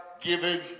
given